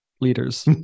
leaders